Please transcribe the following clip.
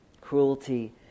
Cruelty